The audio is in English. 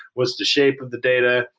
what's the shape of the data?